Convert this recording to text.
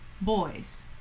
boys